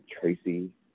Tracy